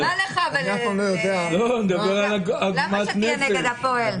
לא, למה שתהיה נגד הפועל?